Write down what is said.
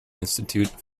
institute